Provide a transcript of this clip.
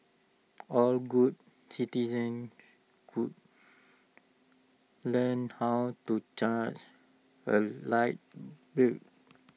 all good citizens could learn how to charge A light